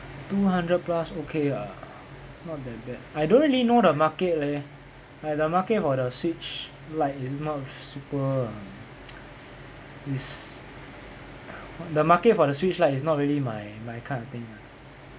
two hundred plus okay ah not that bad I don't really know the market leh like the market for the switch lite is not super uh is the market for the switch lite is not really my my kind of thing ah